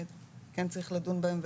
כן צריך לדון בהם,